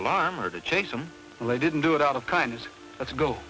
alarm or to change them and they didn't do it out of kindness let's go